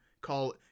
Call